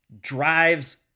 drives